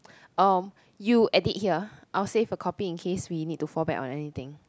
um you edit here I'll save a copy in case we need to fall back on anything